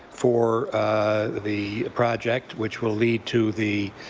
for the project, which will lead to the